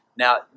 Now